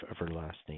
everlasting